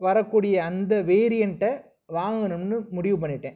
வரக்கூடிய அந்த வேரியன்ட்ட வாங்கணும்னு முடிவு பண்ணிகிட்டேன்